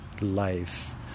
life